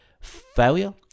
Failure